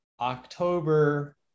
October